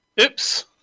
Oops